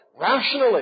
rationally